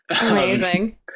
Amazing